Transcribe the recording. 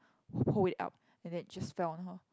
hold it up and then it just fell on her